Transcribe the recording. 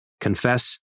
Confess